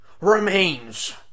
remains